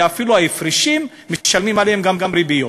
ואפילו, ההפרשים, משלמים עליהם גם ריביות.